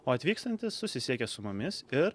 o atvykstantys susisiekia su mumis ir